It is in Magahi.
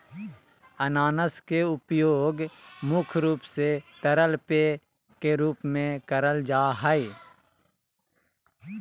अनानास के उपयोग मुख्य रूप से तरल पेय के रूप में कईल जा हइ